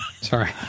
Sorry